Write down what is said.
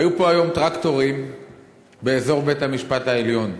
היו פה היום טרקטורים באזור בית-המשפט העליון,